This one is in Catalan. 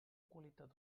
qualitat